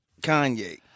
Kanye